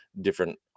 different